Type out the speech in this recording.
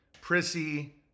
prissy